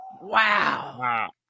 Wow